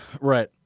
Right